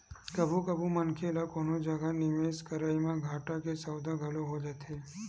कभू कभू मनखे ल कोनो जगा निवेस करई म घाटा के सौदा घलो हो जाथे